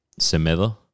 Semedo